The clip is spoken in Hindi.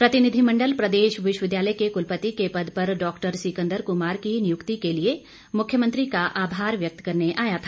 प्रतिनिधिमण्डल प्रदेश विश्वविद्यालय के कुलपति के पद पर डॉक्टर सिकंदर कुमार की नियुक्ति के लिए मुख्यमंत्री का आभार व्यक्त करने आया था